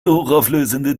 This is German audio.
hochauflösende